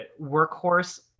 workhorse